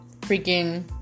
freaking